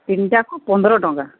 ତିନଟାକୁ ପନ୍ଦର ଟଙ୍କା